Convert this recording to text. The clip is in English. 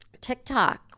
TikTok